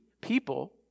people